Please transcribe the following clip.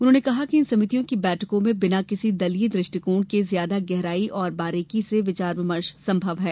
उन्होंने कहा है कि इन समितियों की बैठकों में बिना किसी दलीय दृष्टिकोण के ज्यादा गहराई और बारीकी से विचार विमर्श संभव होता है